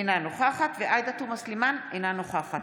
אינה נוכחת עאידה תומא סלימאן, אינה נוכחת